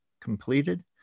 completed